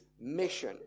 mission